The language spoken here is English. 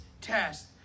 test